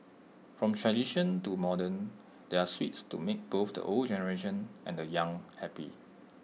from tradition to modern there are sweets to make both the old generation and the young happy